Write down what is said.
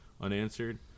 unanswered